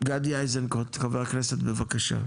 גדי איזנקוט, חבר הכנסת בבקשה.